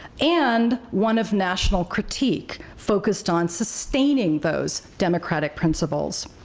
and one of national critique, focused on sustaining those democratic principles.